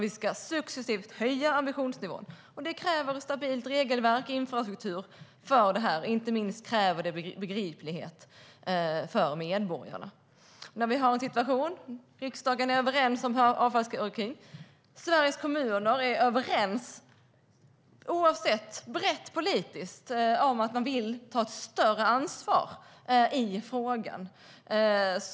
Vi ska successivt höja ambitionsnivån, och det kräver ett stabilt regelverk och en infrastruktur för detta. Inte minst kräver det begriplighet för medborgarna. Vi har en situation där riksdagen är överens om avfallshierarkin och där Sveriges kommuner är överens brett politiskt om att de vill ta ett större ansvar i frågan.